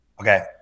Okay